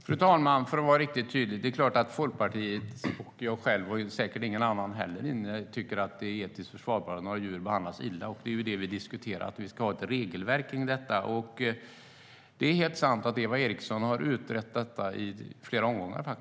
Fru talman! Låt mig vara riktigt tydlig. Det är klart att varken Folkpartiet eller jag själv, och säkert ingen annan heller, tycker att det är etiskt försvarbart att djur behandlas illa. Vi diskuterar just nu att vi ska ha ett regelverk för det. Det är helt sant att Eva Eriksson har utrett frågan, dessutom i flera omgångar.